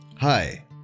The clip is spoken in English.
Hi